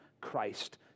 Christ